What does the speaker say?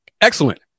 Excellent